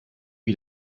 wie